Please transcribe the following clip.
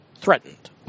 threatened